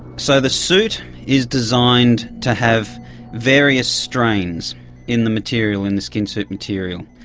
so the suit is designed to have various strains in the material, in the skin-suit material.